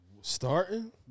Starting